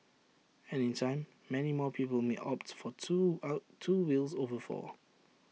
and in time many more people may opt for two out two wheels over four